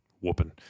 whooping